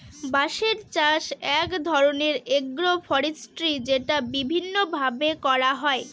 বাঁশের চাষ এক ধরনের এগ্রো ফরেষ্ট্রী যেটা বিভিন্ন ভাবে করা হয়